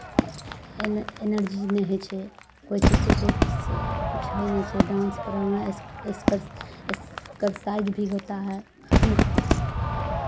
N energy नहि होइ छै कोइ चीजके कोइ चीजसँ किछु होइ नहि छै डांसपर हमरा एस्कर एस्करसाइज भी होता है